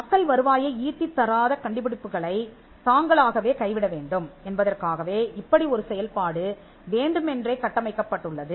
மக்கள் வருவாயை ஈட்டித் தராத கண்டுபிடிப்புகளைத் தாங்களாகவே கைவிட வேண்டும் என்பதற்காகவே இப்படி ஒரு செயல்பாடு வேண்டுமென்றே கட்டமைக்கப்பட்டுள்ளது